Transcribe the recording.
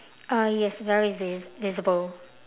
uh yes very vis~ visible